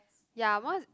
ya one is